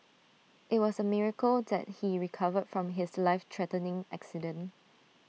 IT was A miracle that he recovered from his life threatening accident